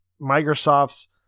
Microsoft's